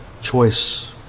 choice